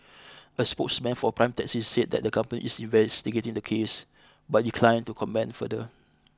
a spokesman for Prime Taxi said that the company is investigating the case but declined to comment further